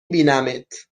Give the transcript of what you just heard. بینمت